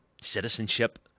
citizenship